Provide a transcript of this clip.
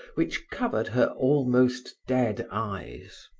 which covered her almost dead eyes.